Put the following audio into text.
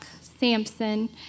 Samson